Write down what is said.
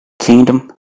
kingdom